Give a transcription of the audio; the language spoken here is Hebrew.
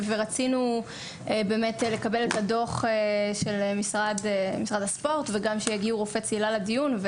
רצינו לקבל את הדו"ח של משרד הספורט וגם שיגיעו רופאי צלילה לדיון,